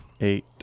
eight